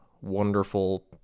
wonderful